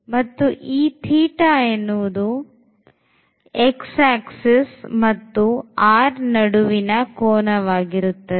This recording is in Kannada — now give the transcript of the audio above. ಮತ್ತು ಈ θ x axis ಮತ್ತು r ನಡುವಿನ ಕೋನವು ಆಗಿರುತ್ತದೆ